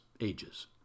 ages